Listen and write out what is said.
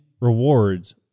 rewards